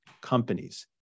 companies